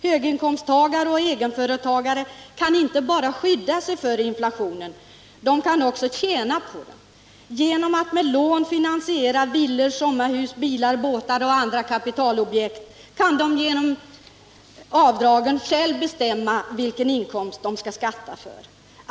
Höginkomsttagare och egenföretagare kan inte bara skydda sig mot inflationen; de kan också tjäna på den — genom att med lån finansiera villor, sommarhus, bilar, båtar och andra kapitalobjekt kan de via avdragen själva bestämma vilken inkomst de skall skatta för.